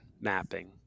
mapping